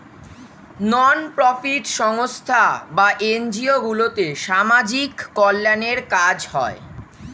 নন profit সংস্থা বা NGO গুলোতে সামাজিক কল্যাণের কাজ হয়